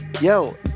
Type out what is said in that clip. yo